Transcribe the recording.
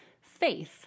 faith